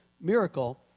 miracle